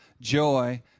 joy